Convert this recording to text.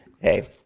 hey